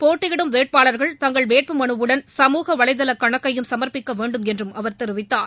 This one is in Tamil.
போட்டியிடும் வேட்பாளர்கள் தங்கள் வேட்பு மனுவுடன் சமூக வலைதள கணக்கையும் சமர்பிக்க வேண்டுமென்றும் அவர் தெரிவித்தார்